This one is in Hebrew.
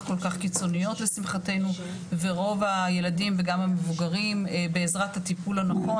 קיצוניות לשמחתנו ורוב הילדים וגם המבוגרים בעזרת הטיפול הנכון